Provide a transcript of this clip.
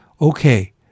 okay